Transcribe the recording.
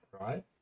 right